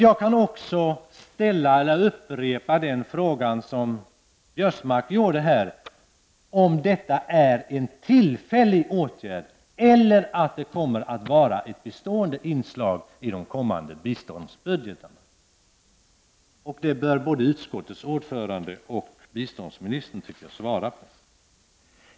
Jag kan upprepa den fråga som herr Biörsmark ställde här om detta är en tillfällig åtgärd eller om detta kommer att vara ett bestående inslag i de kommande biståndsbudgetarna. Det bör både utskottets ordförande och biståndsministern kunna svara på.